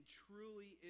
truly